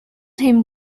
him